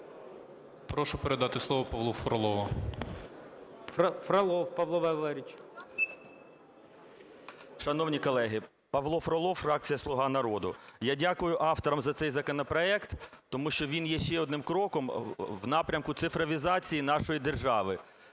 Прошу передати слово Павлу Фролову. ГОЛОВУЮЧИЙ. Фролов Павло Валерійович. 13:49:27 ФРОЛОВ П.В. Шановні колеги, Павло Фролов, фракція "Слуга народу". Я дякую авторам за цей законопроект, тому що він є ще одним кроком в напрямку цифровізації нашої держави